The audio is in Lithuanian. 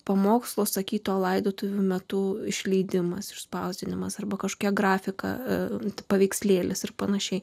pamokslo užsakyto laidotuvių metu išleidimas išspausdinimas arba kažkokia grafika ir paveikslėlis ir pan